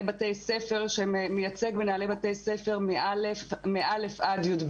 בתי-ספר שמייצג מנהלי בתי-ספר מא'-י"ב,